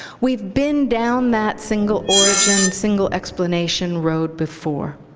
we've been down that single origin, single explanation road before.